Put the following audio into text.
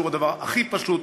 שהוא הדבר הכי פשוט,